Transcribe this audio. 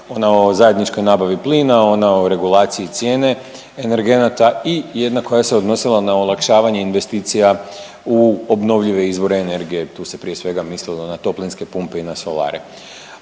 puta, o zajedničkoj nabavi plina, o novoj regulaciji cijene energenata i jedna koja se odnosila na olakšavanje investicija u obnovljive izvore energije, tu se, prije svega, mislilo na toplinske pumpe i na solare.